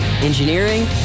engineering